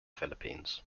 philippines